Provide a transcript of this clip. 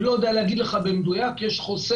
אני לא יודע להגיד לך במדויק, יש חוסר